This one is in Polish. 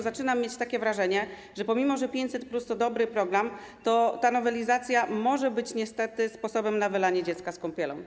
Zaczynam mieć wrażenie, że pomimo że 500+ to dobry program, ta nowelizacja może być niestety sposobem na wylanie dziecka z kąpielą.